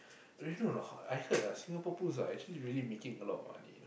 you know or not I heard ah Singapore Pools are actually really making a lot of money you know